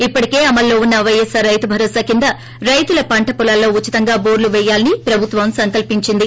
ఇప్పటికే అమల్లో ఉన్న పైఎస్సార్ రైతు భరోసా కింద రైతుల పంటపొలాల్లో ఉచితంగా బోర్లు పేయాలని ప్రభుత్వం సంకల్సించింది